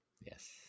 Yes